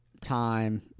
time